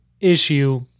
issue